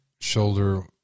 shoulder